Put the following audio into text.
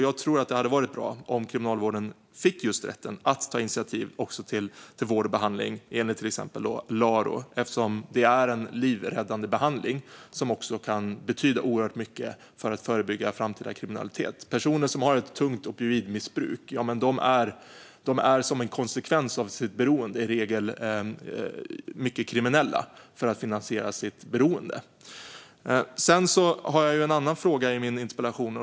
Jag tror att det vore bra om Kriminalvården fick rätten att ta initiativ också till vård och behandling enligt till exempel LARO, eftersom det är en livräddande behandling som också kan betyda oerhört mycket för att förebygga framtida kriminalitet. Personer som har ett tungt opioidmissbruk är, som en konsekvens av sitt beroende, i regel mycket kriminella för att kunna finansiera sitt beroende. Jag tar även upp en annan fråga i min interpellation.